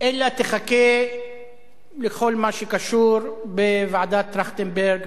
אלא תחכה לכל מה שקשור בוועדת-טרכטנברג,